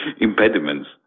impediments